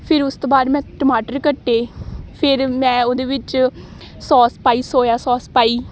ਫਿਰ ਉਸ ਤੋਂ ਬਾਅਦ ਮੈਂ ਟਮਾਟਰ ਕੱਟੇ ਫਿਰ ਮੈਂ ਉਹਦੇ ਵਿੱਚ ਸੌਸ ਪਾਈ ਸੋਇਆ ਸੌਸ ਪਾਈ